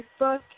Facebook